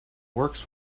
works